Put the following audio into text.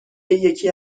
یکی